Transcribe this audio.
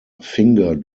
finger